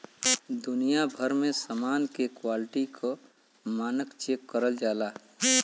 दुनिया भर में समान के क्वालिटी क मानक चेक करल जाला